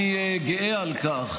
אני גאה על כך